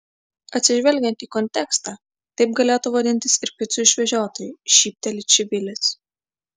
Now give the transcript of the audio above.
atsižvelgiant į kontekstą taip galėtų vadintis ir picų išvežiotojai šypteli čivilis